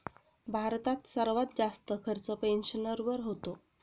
भारतात सर्वात जास्त खर्च पेन्शनवर होतो